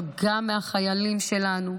אבל גם מהחיילים שלנו,